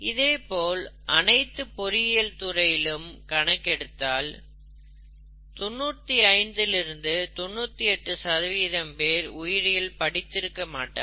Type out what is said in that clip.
இதேபோல் அனைத்து பொறியியல் துறையிலும் கணக்கெடுத்தால் 95 லிருந்து 98 சதவிகிதம் பேர் உயிரியல் படித்திருக்க மாட்டார்கள்